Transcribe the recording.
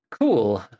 cool